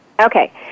okay